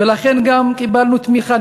ולכן גם קיבלנו תמיכה.